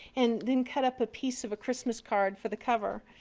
and then cut up a piece of a christmas card for the cover.